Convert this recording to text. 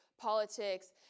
politics